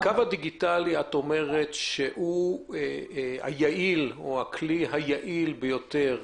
את אומרת שהמעקב הדיגיטלי הוא הכלי היעיל ביותר,